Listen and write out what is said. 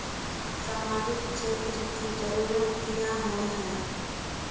सामाजिक क्षेत्र की जरूरत क्याँ होय है?